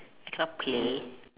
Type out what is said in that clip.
I cannot play